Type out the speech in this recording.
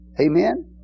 Amen